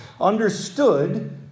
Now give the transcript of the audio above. understood